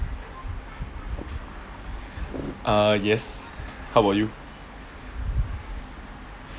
err yes how about you